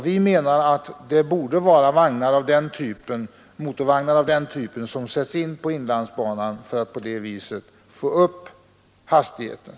Vi menar att det är motorvagnar av den typen som borde sättas in på inlandsbanan för att därigenom få upp hastigheten.